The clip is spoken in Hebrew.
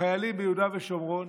החיילים ביהודה ושומרון,